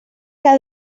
que